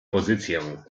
pozycję